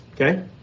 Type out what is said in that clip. okay